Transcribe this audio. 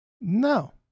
No